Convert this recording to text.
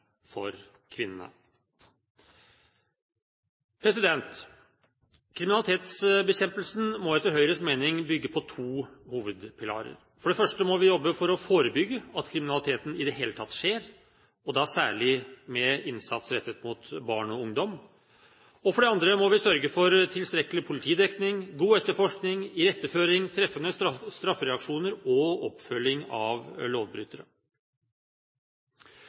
for kvinnene. Kriminalitetsbekjempelsen må etter Høyres mening bygge på to hovedpilarer. For det første må vi jobbe for å forebygge at kriminaliteten i det hele tatt skjer, og da særlig med innsats rettet mot barn og ungdom, og for det andre må vi sørge for tilstrekkelig politidekning, god etterforskning, iretteføring, treffende straffereaksjoner og oppfølging av lovbrytere.